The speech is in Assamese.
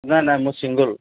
নাই নাই মোৰ ছিংগুল